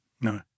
No